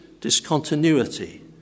discontinuity